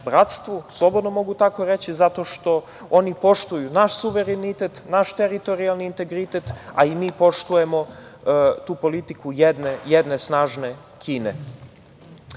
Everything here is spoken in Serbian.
bratstvu, slobodno mogu tako reći, zato što oni poštuju naš suverenitet, naš teritorijalni integritet, a i mi poštujemo tu politiku jedne snažne